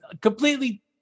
completely